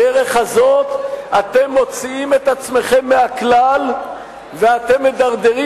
בדרך הזאת אתם מוציאים את עצמכם מהכלל ואתם מדרדרים